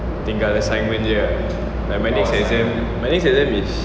tinggal assignment jer ah like my next exam my next exam is